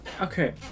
okay